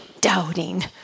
doubting